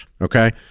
okay